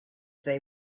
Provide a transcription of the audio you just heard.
they